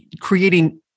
creating